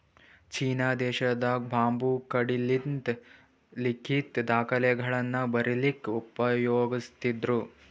China ದೇಶದಾಗ್ bamboo ಕಡ್ಡಿಲಿಂತ್ ಲಿಖಿತ್ ದಾಖಲೆಗಳನ್ನ ಬರಿಲಿಕ್ಕ್ ಉಪಯೋಗಸ್ತಿದ್ರು